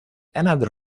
another